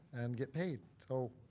and get paid. so,